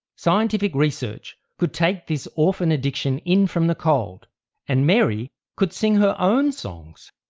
scientific research could take this orphan addiction in from the cold and mary could sing her own songs,